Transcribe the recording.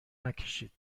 نکشید